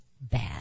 bad